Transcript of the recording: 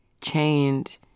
chained